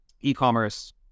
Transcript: e-commerce